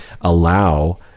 allow